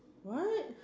what